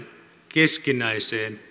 keskinäiseen